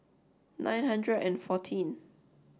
nine hundred and fourteen